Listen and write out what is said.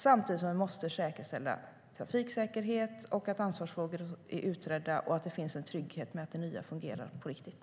Samtidigt måste vi säkerställa trafiksäkerhet, att ansvarsfrågor är utredda och att det finns en trygghet med att det nya fungerar på riktigt.